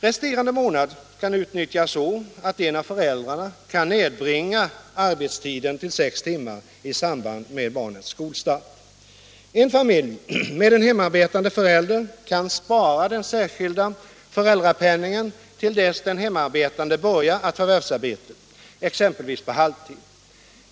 Resterande månad kan utnyttjas så, att en av föräldrarna kan nedbringa arbetstiden till sex timmar i samband med barnets skolstart. En familj med en hemarbetande förälder kan spara den särskilda föräldrapenningen till dess den hemarbetande börjar ett förvärvsarbete, exempelvis på halvtid.